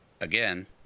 again